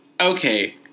okay